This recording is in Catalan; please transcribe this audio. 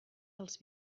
dels